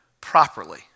properly